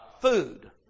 food